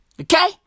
Okay